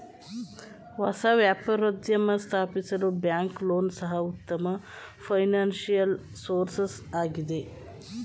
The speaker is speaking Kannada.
ಹೊಸ ವ್ಯಾಪಾರೋದ್ಯಮ ಸ್ಥಾಪಿಸಲು ಬ್ಯಾಂಕ್ ಲೋನ್ ಸಹ ಉತ್ತಮ ಫೈನಾನ್ಸಿಯಲ್ ಸೋರ್ಸಸ್ ಆಗಿದೆ